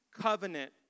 covenant